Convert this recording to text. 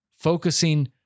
focusing